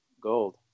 gold